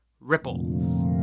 Ripples